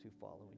following